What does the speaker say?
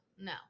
no